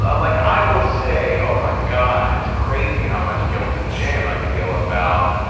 ah like i will say, oh, my god, it's crazy how much guilt and shame i feel about,